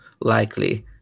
likely